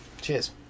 Cheers